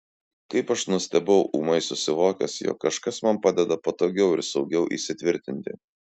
kaip aš nustebau ūmai susivokęs jog kažkas man padeda patogiau ir saugiau įsitvirtinti